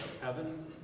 heaven